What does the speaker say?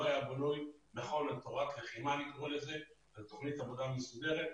לא היה בנוי נכון --- בתכנית עבודה מסודרת.